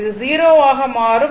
இது 0 ஆக மாறும்